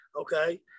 Okay